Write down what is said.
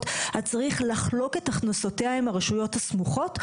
אז צריך לחלוק את הכנסותיה עם הרשויות הסמוכות?